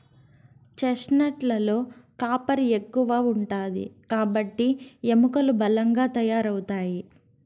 chestnut లలో copper ఎక్కువ ఉంటాది కాబట్టి ఎముకలు బలంగా తయారవుతాయి